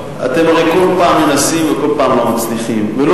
אתם הרי כל פעם מנסים וכל פעם לא מצליחים ולא